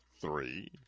three